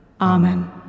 Amen